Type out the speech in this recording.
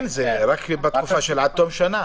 כן, זה רק בתקופה של עד תום שנה